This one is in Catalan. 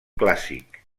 clàssic